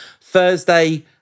Thursday